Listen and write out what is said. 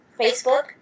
Facebook